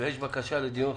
ויש בקשה לדיון חוזר.